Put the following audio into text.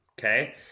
okay